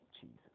Jesus